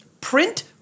Print